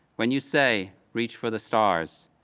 when you say, reach for the stars,